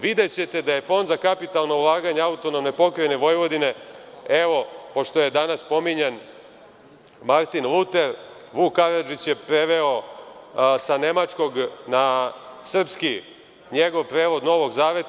Videćete da je Fond za kapitalna ulaganja autonomne pokrajine Vojvodine, evo, pošto je danas pominjan Martin Luter, Vuk Karadžić je preveo sa Nemačkog na srpski, njegov prevod Novog zaveta.